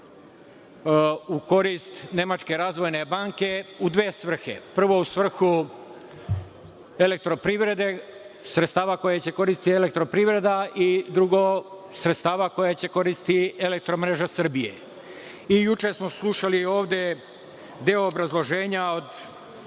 u korist Nemačke razvojne banke u dve svrhe. Prvo, u svrhu elektroprivrede, sredstava koje će koristiti elektroprivreda i, drugo, sredstava koje će koristi „Elektromreža Srbije“.Juče smo slušali ovde deo obrazloženja od